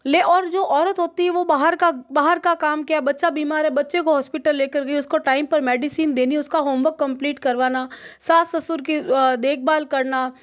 ले और जो औरत होती है वह बाहर का बाहर का काम क्या बच्चा बीमार है बच्चे को हॉस्पिटल लेकर गई उसको टाइम पर मेडिसन देनी उसका होमवर्क कम्प्लीट करवाना सास ससुर की देखभाल करना